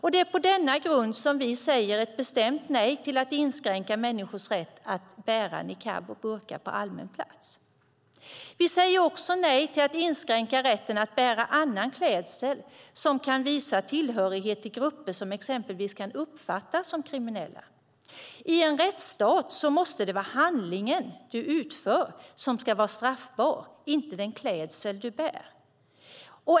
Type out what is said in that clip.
Det är på denna grund som vi säger ett bestämt nej till att inskränka människors rätt att bära niqab och burka på allmän plats. Vi säger också nej till att inskränka rätten att bära annan klädsel som kan visa tillhörighet till grupper som exempelvis kan uppfattas som kriminella. I en rättsstat måste det vara handlingen du utför som ska vara straffbar, inte den klädsel du bär.